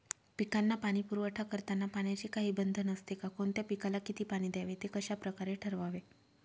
पिकांना पाणी पुरवठा करताना पाण्याचे काही बंधन असते का? कोणत्या पिकाला किती पाणी द्यावे ते कशाप्रकारे ठरवावे?